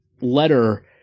letter